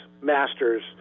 masters